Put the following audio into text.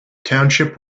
township